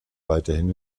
weiterhin